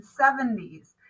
1970s